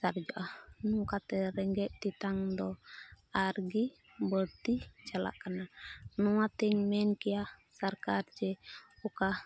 ᱥᱟᱨᱮᱡᱚᱜᱼᱟ ᱱᱚᱝᱠᱟᱛᱮ ᱨᱮᱸᱜᱮᱡ ᱛᱮᱛᱟᱝ ᱫᱚ ᱟᱨ ᱜᱮ ᱵᱟᱹᱲᱛᱤ ᱪᱟᱞᱟᱜ ᱠᱟᱱᱟ ᱱᱚᱣᱟᱛᱤᱧ ᱢᱮᱱ ᱠᱮᱭᱟ ᱥᱚᱨᱠᱟᱨ ᱡᱮ ᱚᱠᱟ